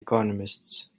economists